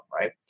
right